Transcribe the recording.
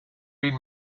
been